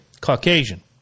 Caucasian